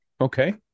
okay